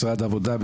משרד העבודה,